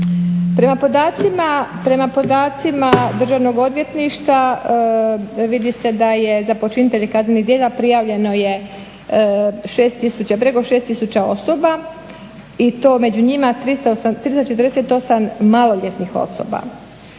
Prema podacima Državnog odvjetništva vidi se da je za počinitelje kaznenih djela prijavljeno preko 6 tisuća osoba i to među njima 348 maloljetnih osoba.